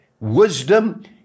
wisdom